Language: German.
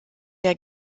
der